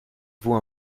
vaut